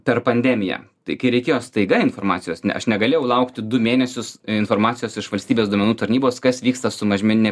per pandemiją tai kai reikėjo staiga informacijos aš negalėjau laukti du mėnesius informacijos iš valstybės duomenų tarnybos kas vyksta su mažmenine